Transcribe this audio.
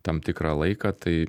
tam tikrą laiką tai